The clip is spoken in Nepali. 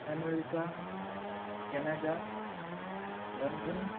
America Canada London